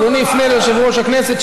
אדוני יפנה ליושב-ראש הכנסת.